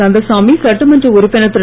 கந்தசாமி சட்டமன்ற உறுப்பினர் திரு